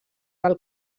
del